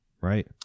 Right